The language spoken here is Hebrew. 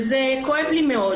וזה כואב לי מאוד.